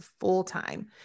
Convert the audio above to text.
full-time